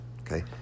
okay